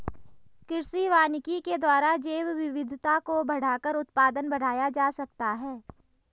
कृषि वानिकी के द्वारा जैवविविधता को बढ़ाकर उत्पादन बढ़ाया जा सकता है